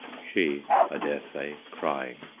she, i dare say, crying.